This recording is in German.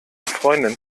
freundin